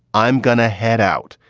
i'm going to head out.